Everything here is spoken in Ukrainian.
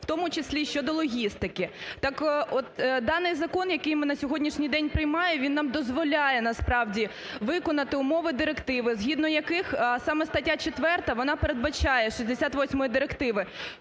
в тому числі щодо логістики. Даний закон, який ми на сьогоднішній день приймаємо, він нам дозволяє насправді виконати умови директиви, згідно яких саме стаття 4, вона передбачає, 68 директиви,